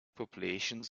populations